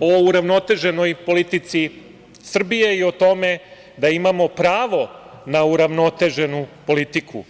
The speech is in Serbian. o uravnoteženoj politici Srbije i o tome da imamo pravo na uravnoteženu politiku.